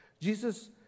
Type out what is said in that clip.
Jesus